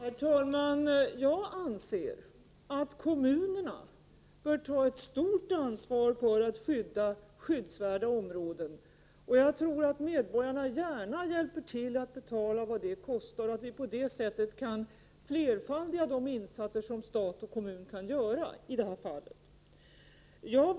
Herr talman! Jag anser att kommunerna bör ta ett stort ansvar för att skydda skyddsvärda områden. Jag tror att medborgarna gärna hjälper till att betala vad det kostar. På det sättet kan vi flerfaldiga de insatser som stat och kommun kan göra.